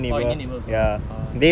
oh indian neighbour